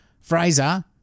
Fraser